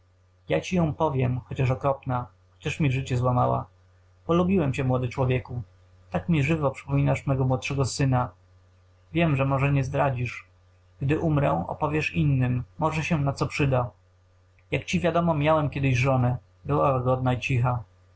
ja ci ją powiem chociaż okropna chociaż mi życie złamała polubiłem cię młody człowieku tak mi żywo przypominasz mego młodszego syna wiem że może nie zdradzisz gdy umrę opowiesz innym może się na co przyda jak ci wiadomo miałem kiedyś żonę była łagodna i cicha